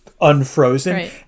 unfrozen